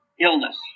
Illness